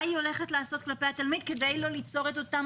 מה היא הולכת לעשות כדי לא ליצור את אותם